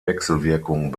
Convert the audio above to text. wechselwirkung